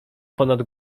ponad